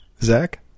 Zach